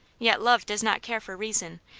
yet, love does not care for reason,